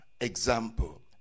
example